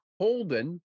Holden